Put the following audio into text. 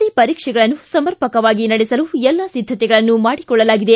C ಪರೀಕ್ಷೆಗಳನ್ನು ಸಮರ್ಪಕವಾಗಿ ನಡೆಸಲು ಎಲ್ಲ ಸಿದ್ದತೆಗಳನ್ನು ಮಾಡಿಕೊಳ್ಳಲಾಗಿದೆ